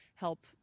help